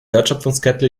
wertschöpfungskette